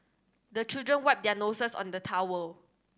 the children wipe their noses on the towel